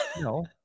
no